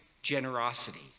generosity